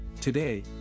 Today